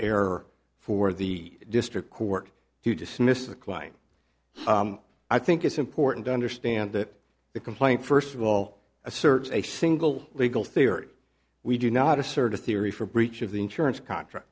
error for the district court to dismiss the quine i think it's important to understand that the complaint first of all asserts a single legal theory we do not assert a theory for breach of the insurance contract